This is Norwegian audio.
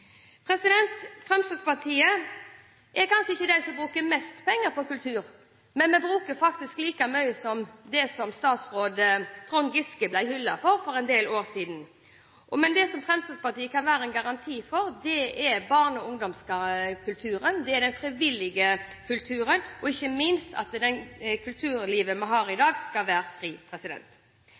Fremskrittspartiet er kanskje ikke av dem som bruker mest penger på kultur, men vi bruker faktisk like mye som det statsråd Trond Giske ble hyllet for for en del år siden. Men det Fremskrittspartiet kan være en garantist for, er barne- og ungdomskulturen, den frivillige kulturen og ikke minst at det kulturlivet vi har i dag, skal være